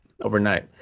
overnight